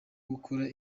gukora